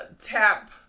tap